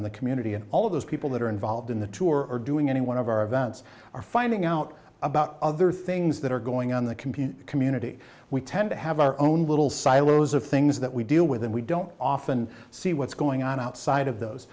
in the community and all of those people that are involved in the tour or doing any one of our events are finding out about other things that are going on the computer community we tend to have our own little silos of things that we deal with and we don't often see what's going on outside of those